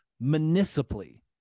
municipally